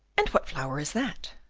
and what flower is that?